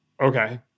Okay